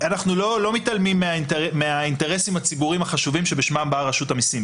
אנחנו לא מתעלמים מהאינטרסים הציבוריים החשובים שבשמם באה רשות המסים.